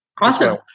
Awesome